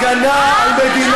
תגיד תודה, "דאעש" היה